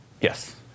Yes